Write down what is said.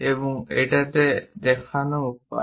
এবং এটা দেখান উপায়